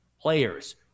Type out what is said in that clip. players